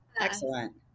Excellent